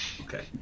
okay